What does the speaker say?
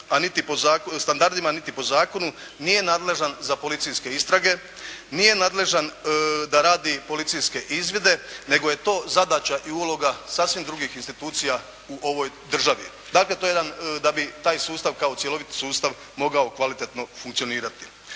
standardima, niti po zakonu nije nadležan za policijske istrage, nije nadležan da radi policijske izvide, nego je to zadaća i uloga sasvim drugih institucija u ovoj državi. Dakle, to je jedan, da bi taj sustav kao cjelovit sustav mogao kvalitetno funkcionirati.